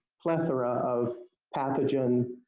plethora of pathogens